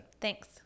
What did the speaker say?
thanks